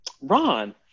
Ron